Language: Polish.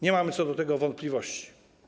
Nie mamy co do tego wątpliwości.